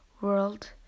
world